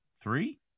three